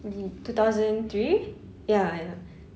in two thousand three ya ya